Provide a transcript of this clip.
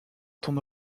ton